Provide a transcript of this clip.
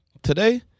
Today